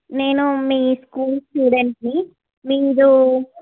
నేను మీ స్కూల్ స్టూడెంట్ని మీరు